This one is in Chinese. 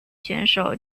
选手